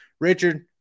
richard